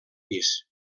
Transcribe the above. pis